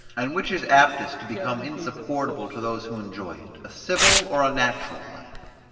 and which is aptest to become insupportable to those who enjoy it, a civil or a natural life?